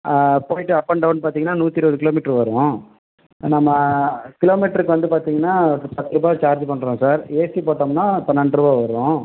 ஆ போயிட்டு up and down பார்த்தீங்கன்னா நூற்றி இருபது கிலோமீட்டர் வரும் நம்ம கிலோமீட்டர்க்கு வந்து பார்த்தீங்கன்னா பத்து ரூபா சார்ஜு பண்ணுறோம் சார் ஏசி போட்டோம்னால் பன்னென்டுரூவா வரும்